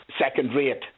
second-rate